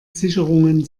sicherungen